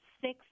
six